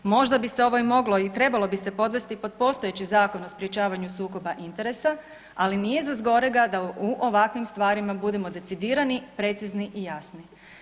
Možda bi se ovo moglo i trebalo bi se podvesti pod postojeći Zakon o sprečavanju sukoba interesa, ali nije za zgorega da u ovakvim stvarima budemo decidirani, precizni i jasni.